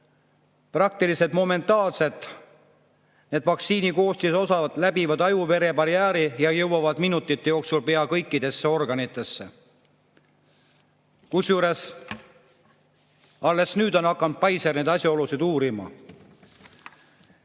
praktiliselt momentaanselt need vaktsiini koostisosad läbivad ajuvere barjääri ja jõuavad minutite jooksul pea kõikidesse organitesse. Kusjuures alles nüüd on hakanud Pfizer neid asjaolusid uurima.